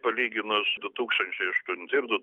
palyginus du tūkstančiai aštunti ir